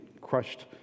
crushed